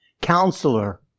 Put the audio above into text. counselor